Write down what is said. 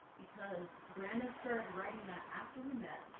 because bandon started writing that after we met,